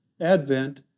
Advent